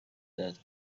that